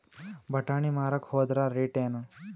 ಬಟಾನಿ ಮಾರಾಕ್ ಹೋದರ ರೇಟೇನು?